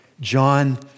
John